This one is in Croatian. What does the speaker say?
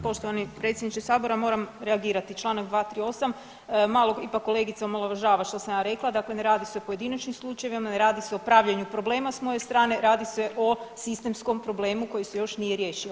Poštovani predsjedniče sabora moram reagirati, Članak 238., malo ipak kolega omalovažava što sam ja rekla, dakle ne radi se o pojedinačnim slučajevima, ne radi se o pravljenju problema s moje strane, radi se o sistemskom problemu koji se još nije riješio.